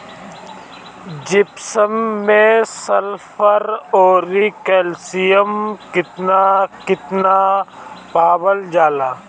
Gypsum मैं sulphur औरी calcium कितना कितना पावल जाला?